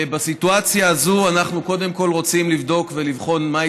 שבסיטואציה הזאת אנחנו קודם כול רוצים לבדוק ולבחון מהי